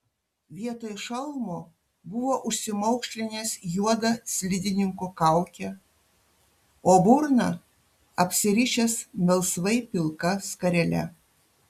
vietoj šalmo buvo užsimaukšlinęs juodą slidininko kaukę o burną apsirišęs melsvai pilka skarele